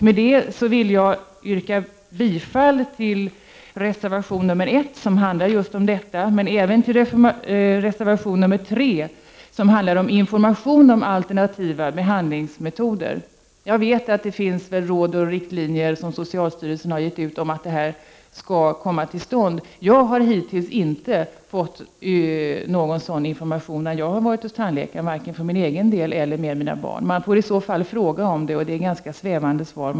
Med detta vill jag yrka bifall till reservation 1 som handlar just om detta, men även till reservation 3 som handlar om information om alternativa behandlingsmetoder. Jag vet att det finns råd och riktlinjer som socialstyrelsen har givit ut om att detta skall komma till stånd. Jag har däremot hittills inte fått någon sådan information när jag har varit hos tandläkaren, varken när jag har varit där för egen del eller när jag har varit där med mina barn. Vill man ha information får man fråga om det, och man får ganska svävande svar.